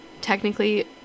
technically